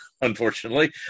unfortunately